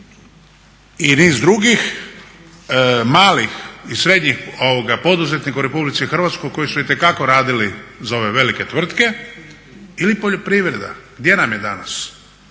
i niz drugih malih i srednjih poduzetnika u RH koji su itekako radili za ove velike tvrtke ili poljoprivreda, gdje nam je danas?